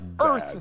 earth